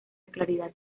claridad